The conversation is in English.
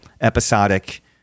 episodic